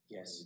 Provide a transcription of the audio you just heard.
Yes